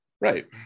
right